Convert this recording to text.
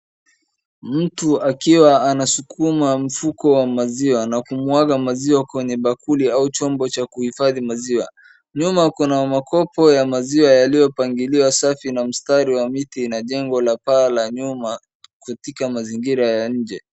Mtu akiwa anasukuma mfuko wa maziwa na kumwaga maziwa kwenye bakuli au chombo cha kuhifadhi maziwa. Nyuma kuna kopo ya maziwa yaliyopangiliwa safi na mstari wa miti na jengo la paa la nyuma katika mazingira ya nje.